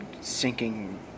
Sinking